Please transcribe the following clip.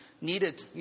needed